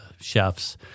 chefs